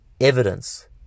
evidence